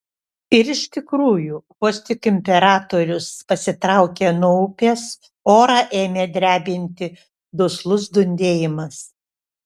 ir iš tikrųjų vos tik imperatorius pasitraukė nuo upės orą ėmė drebinti duslus dundėjimas